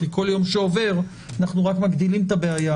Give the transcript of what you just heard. כי כל יום שעובר אנחנו רק מגדילים את הבעיה.